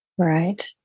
Right